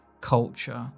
culture